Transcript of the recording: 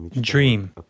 dream